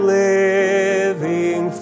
living